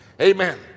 Amen